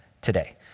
today